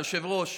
היושב-ראש,